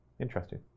Interesting